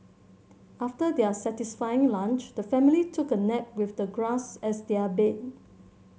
after their satisfying lunch the family took a nap with the grass as their bed